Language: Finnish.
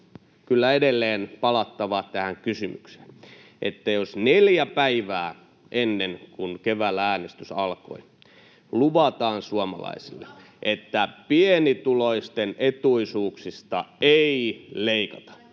kyllä edelleen palattava tähän kysymykseen: jos neljä päivää ennen kuin keväällä äänestys alkoi luvataan suomalaisille, [Sanna Antikainen: Vappusatanen!] että